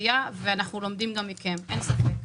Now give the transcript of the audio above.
ואנחנו לומדים גם מכם, אין ספק.